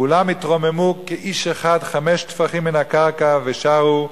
כולם התרוממו כאיש אחד חמישה טפחים מן הקרקע ושרו: